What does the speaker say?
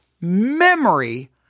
memory